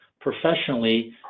professionally